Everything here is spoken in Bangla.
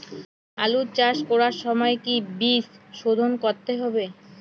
আলু চাষ করার সময় কি বীজ শোধন করতে হবে?